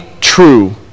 true